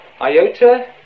Iota